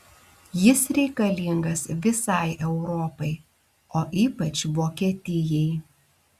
jis reikalingas visai europai o ypač vokietijai